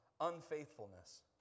unfaithfulness